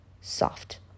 soft